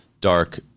dark